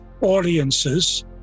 audiences